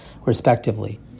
respectively